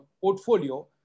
portfolio